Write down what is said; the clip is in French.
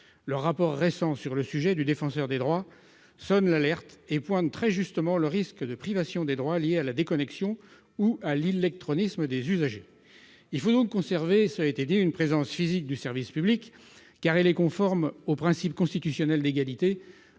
Le rapport récent sur le sujet du Défenseur des droits sonne l'alerte et relève très justement le risque de privation de droits liée à la déconnexion ou à l'illectronisme des usagers. Il faut donc conserver une présence physique du service public, car elle est conforme au principe constitutionnel d'égalité